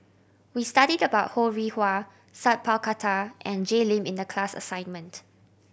we studied about Ho Rih Hwa Sat Pal Khattar and Jay Lim in the class assignment